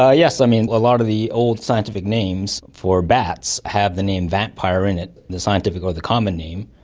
yeah yes, um a ah lot of the old scientific names for bats have the name vampire in it, the scientific or the common name,